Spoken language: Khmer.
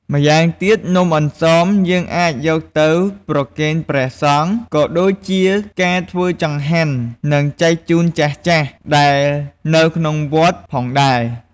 ម្យ៉ាងទៀត នំអន្សម យើងអាចយកទៅប្រគេនព្រះសង្ឃ ក៏ដូចជាការធ្វើចង្ហាន និងចែនជូនចាស់ៗដែលនៅក្នុងវត្តផងដែរ។